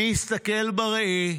מי יסתכל בראי,